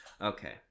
Okay